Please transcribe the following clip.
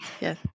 yes